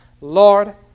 Lord